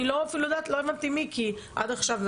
אני לא הבנתי מי עד עכשיו.